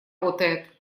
работает